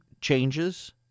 changes